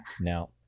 Now